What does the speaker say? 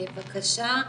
בבקשה,